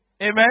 Amen